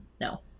No